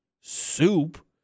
soup